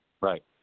Right